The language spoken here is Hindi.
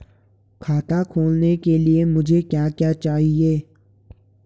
खाता खोलने के लिए मुझे क्या क्या चाहिए?